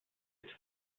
its